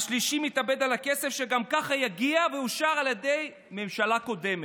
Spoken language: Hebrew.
השלישי מתאבד על הכסף שגם ככה יגיע ואושר על ידי ממשלה קודמת.